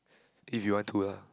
if you want to lah